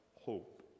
hope